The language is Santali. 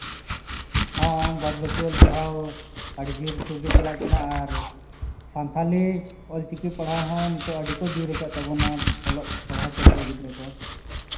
ᱦᱮᱸ ᱵᱟᱫᱽ ᱵᱟᱹᱠᱤ ᱚᱞ ᱯᱟᱲᱦᱟᱣ ᱟᱹᱰᱤ ᱡᱳᱨᱥᱳᱨ ᱜᱮ ᱪᱟᱞᱟᱜ ᱠᱟᱱᱟ ᱟᱨ ᱥᱟᱱᱛᱷᱟᱞᱤ ᱚᱞᱪᱤᱠᱤ ᱯᱟᱲᱦᱟᱣ ᱦᱚᱸ ᱱᱤᱛᱚᱜ ᱟᱹᱰᱤ ᱠᱚ ᱡᱳᱨ ᱟᱠᱟᱫ ᱛᱟᱵᱚᱱᱟ ᱚᱞᱚᱜ ᱯᱟᱲᱦᱟᱣ ᱯᱟᱹᱴᱷᱣᱟ ᱜᱤᱫᱽᱨᱟᱹ ᱠᱚ